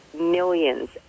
millions